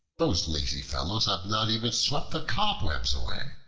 those lazy fellows have not even swept the cobwebs away.